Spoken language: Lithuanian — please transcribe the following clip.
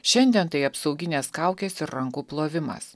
šiandien tai apsauginės kaukės ir rankų plovimas